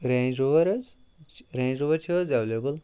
range Rover حظ Range Rover چھِ حظ اٮ۪وٮ۪لیبٕل